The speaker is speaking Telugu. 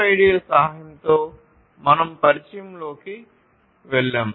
RFID ల సహాయంతో మనం పరిచయంలోకి వెళ్ళాము